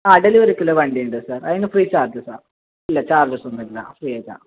ആ ഡെലിവെറിക്കുള്ള വണ്ടിയുണ്ട് സർ അതിനു ഫ്രീ ചാർജസാണ് ഇല്ല ചാർജസ് ഒന്നുമില്ല ഫ്രീ ആയിട്ടാണ്